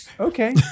Okay